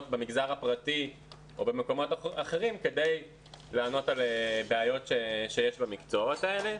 במגזר הפרטי או במקומות אחרים כדי לענות על בעיות שיש במקצועות האלה.